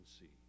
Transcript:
see